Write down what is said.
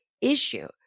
issue